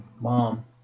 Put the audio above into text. mom